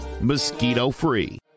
mosquito-free